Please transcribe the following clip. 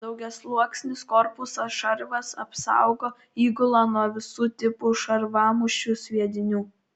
daugiasluoksnis korpuso šarvas apsaugo įgulą nuo visų tipų šarvamušių sviedinių